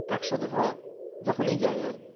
একসাথে হয় যখনই যায় আর কি